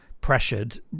pressured